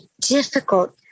difficult